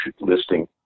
listing